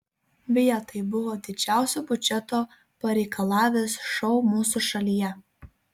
beje tai buvo didžiausio biudžeto pareikalavęs šou mūsų šalyje